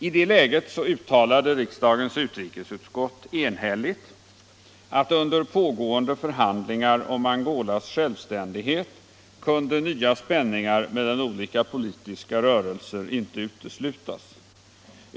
I det läget uttalade riksdagens utrikesutskott enhälligt att under pågående förhandlingar om Angolas självständighet kunde nya spänningar mellan olika politiska rörelser inte uteslutas.